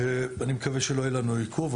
אני מקווה שלא יהיה לנו עיכוב.